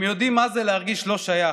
הם יודעים מה זה להרגיש לא שייך,